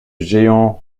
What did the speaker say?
géant